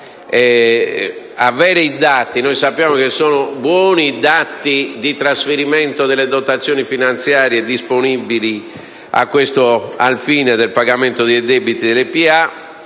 provvedimento. Sappiamo che sono buoni i dati di trasferimento delle dotazioni finanziarie disponibili al fine del pagamento dei debiti delle